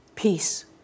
Peace